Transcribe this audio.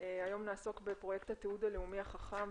היום נעסוק בפרויקט התיעוד הלאומי החכם,